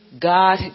God